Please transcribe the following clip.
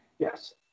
Yes